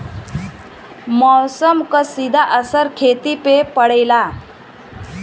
मौसम क सीधा असर खेती पे पड़ेला